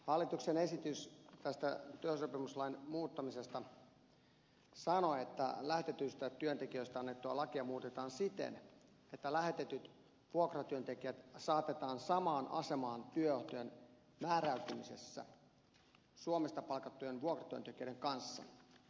hallituksen esitys tästä työsopimuslain muuttamisesta sanoo että lähetetyistä työntekijöistä annettua lakia muutetaan siten että lähetetyt vuokratyöntekijät saatetaan samaan asemaan suomesta palkattujen vuokratyöntekijöiden kanssa työehtojen määräytymisessä